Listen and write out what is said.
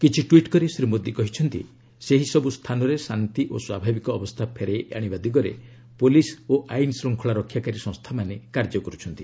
କିଛି ଟ୍ୱିଟ୍ କରି ଶ୍ରୀ ମୋଦୀ କହିଛନ୍ତି ସେହିସବୁ ସ୍ଥାନରେ ଶାନ୍ତି ଓ ସ୍ୱାଭାବିକ ଅବସ୍ଥା ଫେରାଇ ଆଶିବା ଦିଗରେ ପୁଲିସ୍ ଓ ଆଇନ୍ ଶୃଙ୍ଖଳା ରକ୍ଷାକାରୀ ସଂସ୍ଥାମାନେ କାର୍ଯ୍ୟ କରୁଛନ୍ତି